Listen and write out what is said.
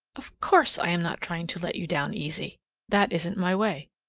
of course i am not trying to let you down easy that isn't my way.